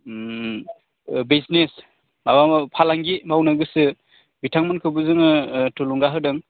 business माबा फालांगि मावनो गोसो बिथांमोनखौबो जोङो थुलुंगा होदों